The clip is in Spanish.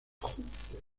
júpiter